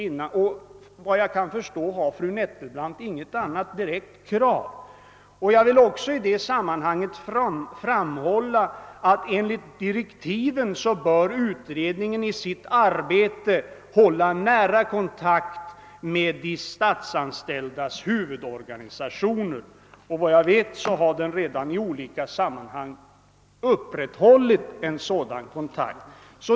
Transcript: Efter vad jag kan förstå har fru Nettelbrandt inte något annat direkt krav. Jag vill i det sammanhanget också framhålla att enligt direktiven bör utredningen i sitt arbete hålla nära kon takt med de statsanställdas huvudorganisationer. Enligt vad jag vet har den redan i olika sammanhang upprättat sådana kontakter.